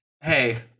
hey